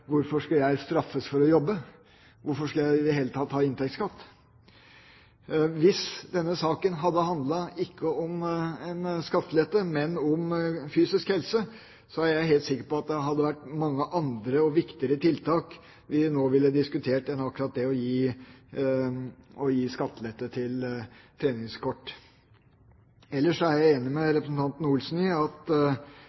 Hvorfor skal jeg straffes for å jobbe? Hvorfor skal jeg i det hele tatt ha inntektsskatt? Hvis denne saken hadde handlet om fysisk helse og ikke om en skattelette, er jeg helt sikker på at det hadde vært mange andre og viktigere tiltak vi nå ville diskutert enn akkurat det å gi skattelette for treningskort. Ellers er jeg enig med